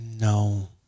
No